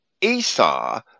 Esau